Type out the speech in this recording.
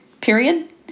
period